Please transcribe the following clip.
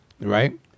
right